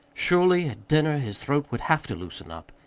surely, at dinner, his throat would have to loosen up,